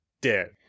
dead